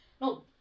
No